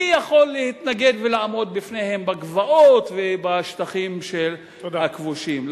מי יכול להתנגד ולעמוד בפניהם בגבעות ובשטחים הכבושים?